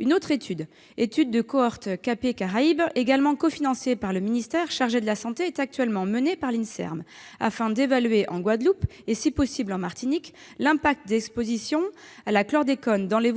Une autre étude - l'étude de cohorte KP Caraïbes -, également cofinancée par le ministère chargé de la santé, est actuellement menée par l'INSERM afin d'évaluer en Guadeloupe, et si possible en Martinique, l'impact des expositions à la chlordécone dans l'évolution